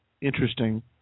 interesting